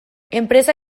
enpresa